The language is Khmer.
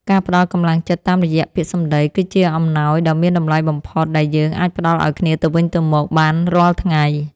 ការផ្ដល់កម្លាំងចិត្តតាមរយៈពាក្យសម្តី គឺជាអំណោយដ៏មានតម្លៃបំផុតដែលយើងអាចផ្ដល់ឱ្យគ្នាទៅវិញទៅមកបានរាល់ថ្ងៃ។